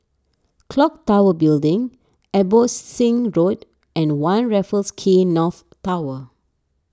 Clock Tower Building Abbotsingh Road and one Raffles Quay North Tower